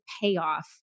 payoff